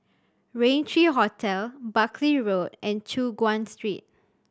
Raintr Hotel Buckley Road and Choon Guan Street